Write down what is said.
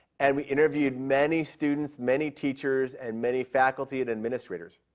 and we interviewed many students, many teachers, and many faculty and administrators.